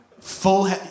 full